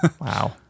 Wow